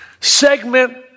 segment